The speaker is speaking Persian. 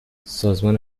سازمان